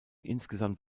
insgesamt